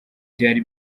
byari